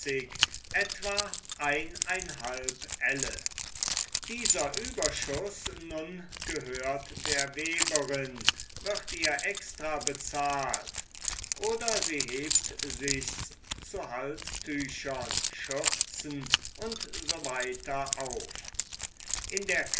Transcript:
etwa elle dieser überschuß nun gehört der weberin wird ihr extra bezahlt oder sie hebt sich's zu halstüchern schürzen usw auf in der